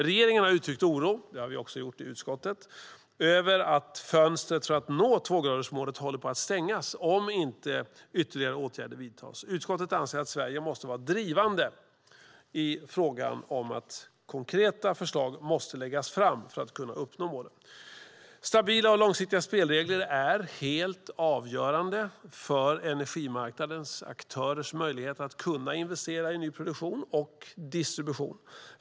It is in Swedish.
Regeringen har uttryckt en oro, vilket också vi i utskottet gjort, över att fönstret för att nå tvågradersmålet håller på att stängas om ytterligare åtgärder inte vidtas. Utskottet anser att Sverige måste vara drivande i frågan om att konkreta förslag måste läggas fram för att målen ska kunna uppnås. Stabila och långsiktiga spelregler är helt avgörande för energimarknadens aktörers möjligheter att investera i ny produktion och distribution.